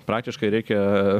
praktiškai reikia